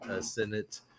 Senate